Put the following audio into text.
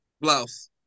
blouse